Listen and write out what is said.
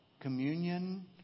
communion